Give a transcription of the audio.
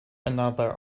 another